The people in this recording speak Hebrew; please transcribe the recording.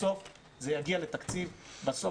בסוף זה מגיע לתקציב ולכסף,